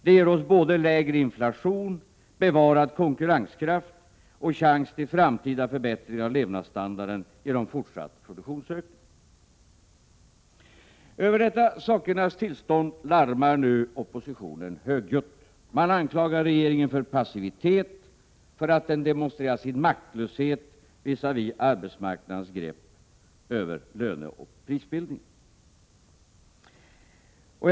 Det ger oss både lägre inflation, bevarad konkurrenskraft och chans till framtida förbättringar av levnadsstandarden genom fortsatt produktionsökning. Över dessa sakernas tillstånd larmar nu oppositionen högljutt. Man anklagar regeringen för passivitet och för att den demonstrerar sin maktlöshet visavi arbetsmarknadens grepp över löneoch prisbildningen.